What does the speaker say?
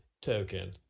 token